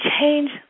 change